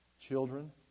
Children